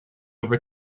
over